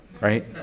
Right